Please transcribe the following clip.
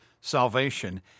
salvation